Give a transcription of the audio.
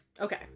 Okay